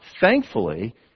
thankfully